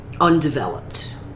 undeveloped